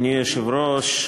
אדוני היושב-ראש,